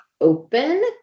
open